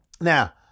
Now